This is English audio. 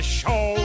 show